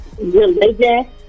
religion